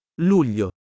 Luglio